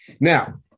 Now